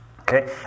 Okay